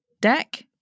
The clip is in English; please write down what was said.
Deck